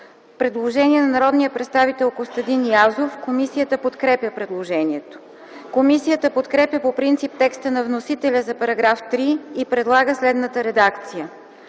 Предложение на народния представител Костадин Язов. Комисията подкрепя предложението. Комисията подкрепя по принцип текста на вносителя за § 3 и предлага следната редакция: